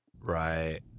Right